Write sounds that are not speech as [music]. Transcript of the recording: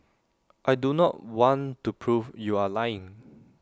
I do not want to prove you are lying [noise]